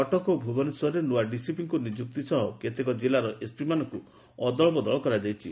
କଟକ ଓ ଭୁବନେଶ୍ୱରରେ ନ୍ଆ ଡିସିପିଙ୍କ ନିଯୁକ୍ତି ସହ କେତେକ ଜିଲ୍ଲାର ଏସପିଙ୍କୁ ଅଦଳବଦଳ କରାଯାଇଛି